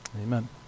Amen